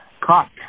caught